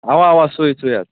اوا اوا سُے سُے حظ